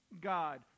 God